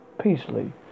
peacefully